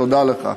תודה לך.